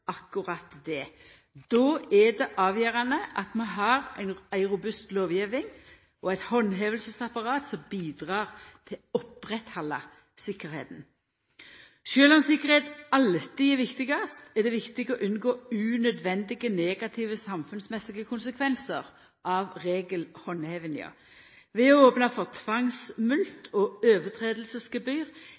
akkurat det kan ha tryggleiksmessige konsekvensar. Då er det avgjerande at vi har ei robust lovgjeving og eit handhevingsapparat som bidreg til å halda oppe tryggleiken. Sjølv om tryggleik alltid er det viktigaste, er det viktig å unngå unødvendige negative samfunnsmessige konsekvensar av å handheva reglane. Ved å opna for tvangsmulkt og